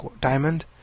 Diamond